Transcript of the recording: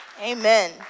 Amen